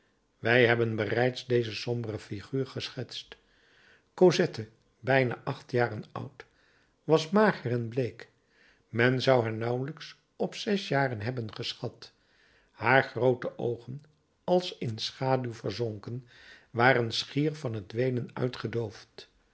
wij hebben bereids deze sombere figuur geschetst cosette bijna acht jaren oud was mager en bleek men zou haar nauwelijks op zes jaren hebben geschat haar groote oogen als in schaduw verzonken waren schier van t weenen uitgedoofd